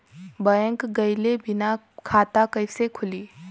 Bank गइले बिना खाता कईसे खुली?